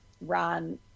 run